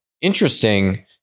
interesting